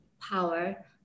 power